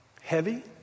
Heavy